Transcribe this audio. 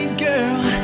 girl